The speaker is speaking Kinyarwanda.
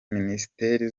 minisiteri